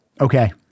Okay